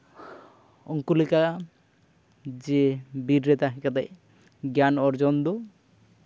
ᱩᱱᱠᱩ ᱞᱮᱠᱟ ᱡᱮ ᱵᱤᱨ ᱨᱮ ᱛᱟᱦᱮᱸ ᱠᱟᱛᱮᱜ ᱜᱮᱭᱟᱱ ᱚᱨᱡᱚᱱ ᱫᱚ